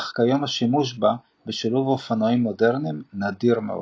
אך כיום השימוש בה בשילוב אופנועים מודרניים נדיר מאוד.